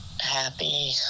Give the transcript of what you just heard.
Happy